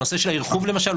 הנושא של הארכוב למשל,